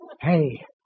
Hey